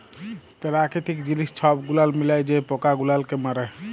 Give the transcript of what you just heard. পেরাকিতিক জিলিস ছব গুলাল মিলায় যে পকা গুলালকে মারে